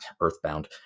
earthbound